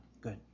good